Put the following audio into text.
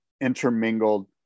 intermingled